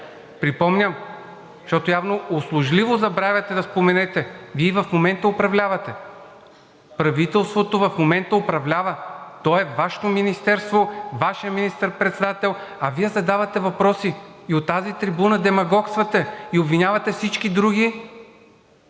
Припомням, защото явно услужливо забравяте да споменете. Вие и в момента управлявате, правителството в момента управлява, то е Вашето министерство, Вашият министър председател, а Вие задавате въпроси и от тази трибуна демагогствате и обвинявате всички други,